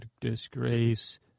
Disgrace